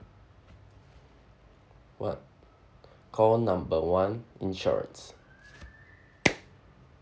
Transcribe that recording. what call number one insurance